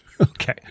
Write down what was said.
Okay